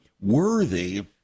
worthy